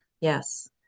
Yes